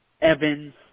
Evans